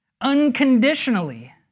Unconditionally